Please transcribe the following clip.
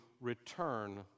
return